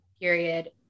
period